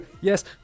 Yes